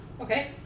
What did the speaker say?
Okay